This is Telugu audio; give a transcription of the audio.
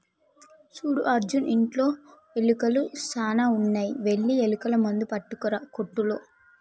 సూడు అర్జున్ ఇంటిలో ఎలుకలు సాన ఉన్నాయి వెళ్లి ఎలుకల మందు పట్టుకురా కోట్టులో